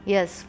Yes